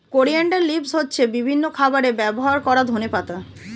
coriander leaves হচ্ছে বিভিন্ন খাবারে ব্যবহার করা ধনেপাতা